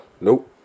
Nope